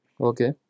Okay